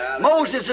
Moses